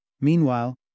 Meanwhile